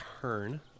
turn